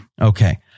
okay